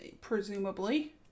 presumably